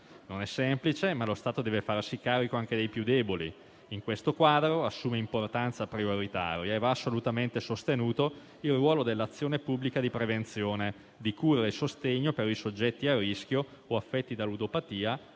Non è semplice, ma lo Stato deve farsi carico anche dei più deboli. In questo quadro assume importanza prioritaria e va assolutamente sostenuto il ruolo dell'azione pubblica di prevenzione, di cura e sostegno per i soggetti a rischio o affetti da ludopatia,